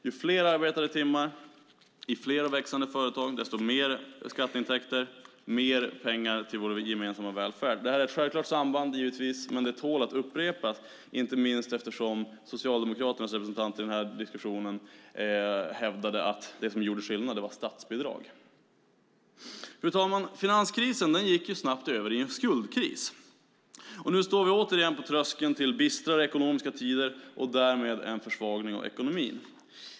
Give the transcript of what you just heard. Ju fler arbetade timmar i fler växande företag, desto mer skatteintäkter och mer pengar till vår gemensamma välfärd. Det här är ett självklart samband, men det tål att upprepas, inte minst eftersom Socialdemokraternas representant i den här diskussionen hävdade att det som gjorde skillnad var statsbidrag. Fru talman! Finanskrisen gick snabbt över i en skuldkris. Nu står vi återigen på tröskeln till bistrare ekonomiska tider och därmed en försvagning av ekonomin.